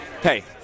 Hey